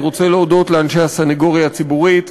אני רוצה להודות לאנשי הסנגוריה הציבורית,